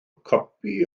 copi